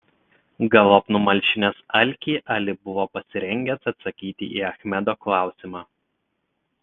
galop numalšinęs alkį ali buvo pasirengęs atsakyti į achmedo klausimą